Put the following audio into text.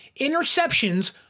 interceptions